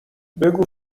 بگو